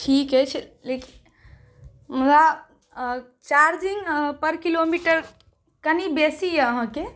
ठीक अछि लेकिन हमरा चार्जिंग पर किलोमीटर कनी बेसीये अहाँके